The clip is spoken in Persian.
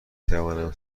توانم